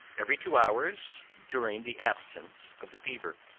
every two hours during the absence of the fever.